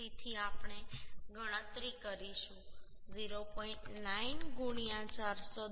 તેથી આપણે ગણતરી કરીશું 0